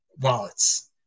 wallets